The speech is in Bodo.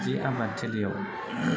जि आबादथिलियाव